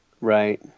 right